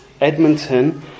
Edmonton